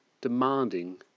demanding